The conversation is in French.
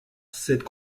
cette